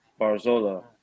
Barzola